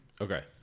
Okay